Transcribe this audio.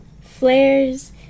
flares